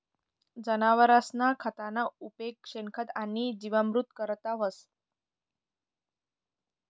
जनावरसना खतना उपेग शेणखत आणि जीवामृत करता व्हस